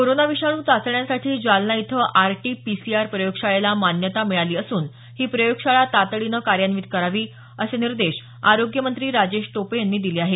corona विषाणू चाचण्यांसाठी जालना इथं आरटी पीसीआर प्रयोगशाळेला मान्यता मिळाली असून ही प्रयोगशाळा तातडीनं कार्यान्वित करावी असे निर्देश आरोग्य मंत्री राजेश टोपे यांनी दिले आहेत